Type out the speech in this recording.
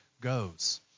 goes